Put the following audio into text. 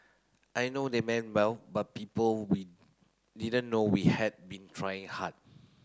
I know they meant well but people we didn't know we had been trying hard